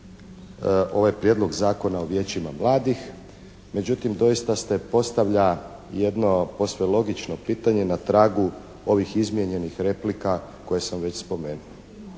ovaj Prijedlog zakona o Vijećima mladih međutim doista se postavlja jedno posve logično pitanje na tragu ovih izmijenjenih replika koje sam već spomenuo.